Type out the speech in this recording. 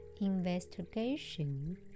investigation